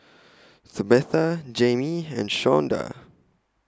Tabatha Jayme and Shawnda